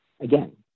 again